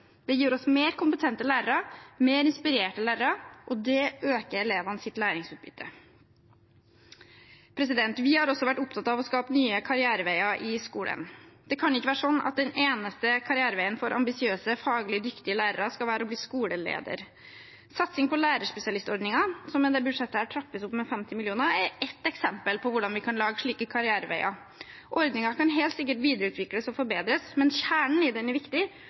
Det gir oss mer kompetente lærere, mer inspirerte lærere, og det øker elevenes læringsutbytte. Vi har også vært opptatt av å skape nye karriereveier i skolen. Det kan ikke være sånn at den eneste karriereveien for ambisiøse, faglig dyktige lærere skal være å bli skoleleder. Satsing på lærerspesialistordningen, som i dette budsjettet trappes opp med 50 mill. kr, er et eksempel på hvordan vi kan lage slike karriereveier. Ordningen kan helt sikkert videreutvikles og forbedres, men kjernen i den er viktig.